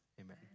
amen